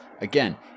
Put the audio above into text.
Again